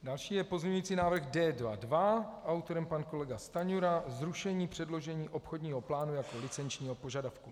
Další je pozměňující návrh D2.2, autorem pan kolega Stanjura, zrušení předložení obchodního plánu licenčního požadavku.